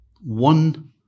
one